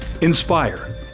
Inspire